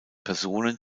personen